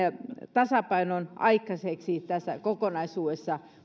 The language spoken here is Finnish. tasapainon aikaiseksi tässä kokonaisuudessa